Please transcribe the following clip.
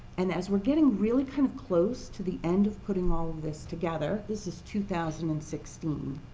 and as we're getting really kind of close to the end of putting all of this together this is two thousand and sixteen